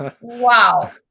Wow